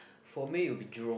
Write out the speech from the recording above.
for me will be Jurong